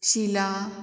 शिला